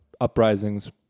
uprisings